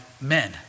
men